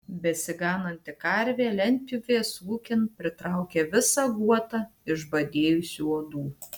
besigananti karvė lentpjūvės ūkin pritraukė visą guotą išbadėjusių uodų